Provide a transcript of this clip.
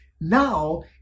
Now